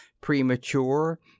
premature